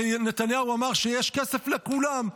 הרי נתניהו אמר שיש כסף לכולם.